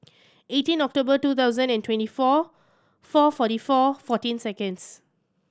eighteen October two thousand and twenty four four forty four fourteen seconds